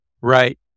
Right